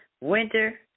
Winter